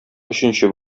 өченче